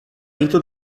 vinto